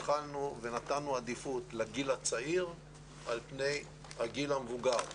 התחלנו ונתנו עדיפות לגיל הצעיר על פני הגיל המבוגר.